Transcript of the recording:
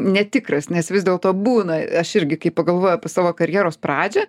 netikras nes vis dėlto būna aš irgi kai pagalvoju apie savo karjeros pradžią